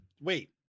wait